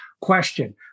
question